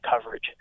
coverage